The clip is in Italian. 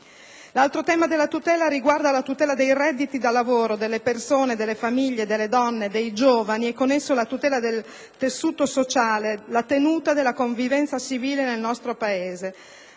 L'altro tema della tutela riguarda i redditi da lavoro delle persone, delle famiglie, delle donne e dei giovani e con esso la tutela del tessuto sociale, la tenuta della convivenza civile nel nostro Paese.